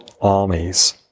armies